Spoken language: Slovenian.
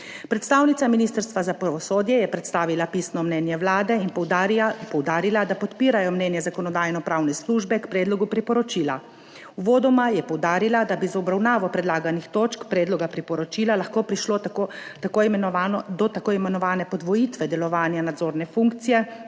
Predstavnica Ministrstva za pravosodje je predstavila pisno mnenje Vlade in poudarila, da podpirajo mnenje Zakonodajno-pravne službe k predlogu priporočila. Uvodoma je poudarila, da bi z obravnavo predlaganih točk predloga priporočila lahko prišlo do t. i. podvojitve delovanja nadzorne funkcije